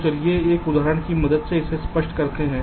तो चलिए एक उदाहरण की मदद से इसे स्पष्ट करते हैं